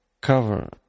cover